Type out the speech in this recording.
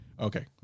Okay